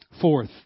Fourth